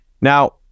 now